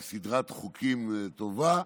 על סדרת חוקים טובים.